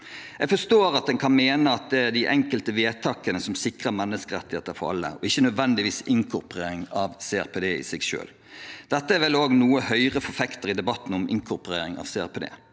Jeg forstår at en kan mene at det er de enkelte vedtakene som sikrer menneskerettigheter for alle og ikke nødvendigvis inkorporering av CRPD i seg selv. Dette er vel noe Høyre forfekter i debatten om inkorporering av